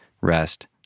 rest